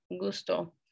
gusto